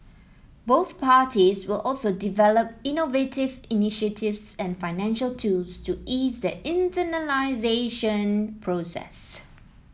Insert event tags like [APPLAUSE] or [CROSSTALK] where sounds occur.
both parties will also develop innovative initiatives and financial tools to ease the [UNINTELLIGIBLE] process